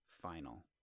final